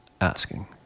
asking